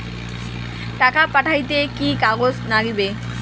টাকা পাঠাইতে কি কাগজ নাগীবে?